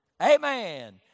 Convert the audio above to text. amen